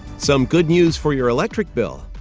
some good news for your electric bill,